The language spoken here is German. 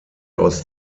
aus